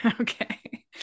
Okay